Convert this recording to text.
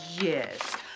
yes